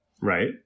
Right